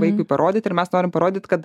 vaikui parodyt ir mes norim parodyt kad